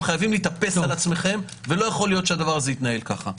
אתם חייבים להתאפס על עצמכם ולא יכול להיות שהדבר הזה יתנהל ככה.